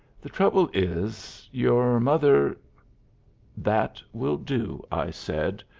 the trouble is your mother that will do, i said,